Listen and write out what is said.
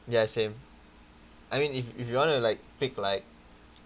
ya same I mean if if you want to like pick like